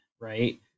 right